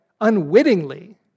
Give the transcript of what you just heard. unwittingly